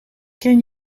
ken